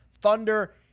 Thunder